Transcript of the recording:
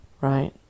right